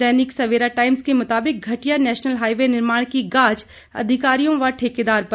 दैनिक Savera Times के मुताबिक घटिया नेशनल हाईवे निर्माण की गाज अधिकारियों व ठेकेदार पर